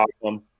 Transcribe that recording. awesome